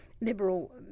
Liberal